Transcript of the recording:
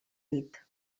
dit